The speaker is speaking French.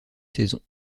saison